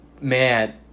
Man